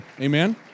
amen